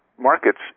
Markets